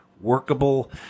workable